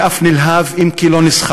אני אף נלהב, אם כי לא נסחף,